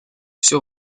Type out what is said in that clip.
все